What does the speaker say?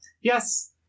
Yes